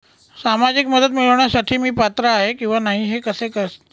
सामाजिक मदत मिळविण्यासाठी मी पात्र आहे किंवा नाही हे कसे तपासू?